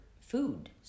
food